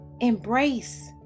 Embrace